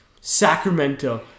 Sacramento